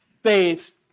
faith